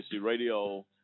Radio